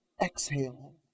exhale